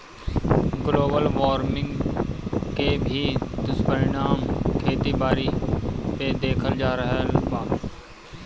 global warming के भी दुष्परिणाम खेती बारी पे देखल जा रहल बा